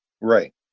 Right